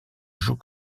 joue